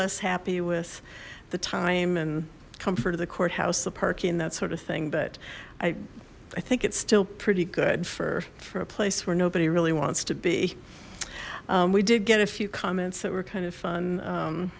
less happy with the time and comfort of the courthouse the parky and that sort of thing but i i think it's still pretty good for for a place where nobody really wants to be we did get a few comments that were kind of fun